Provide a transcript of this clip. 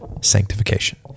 sanctification